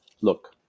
Look